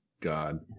god